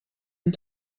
and